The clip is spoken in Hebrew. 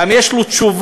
האם יש לו תשובה